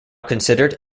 considered